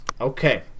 Okay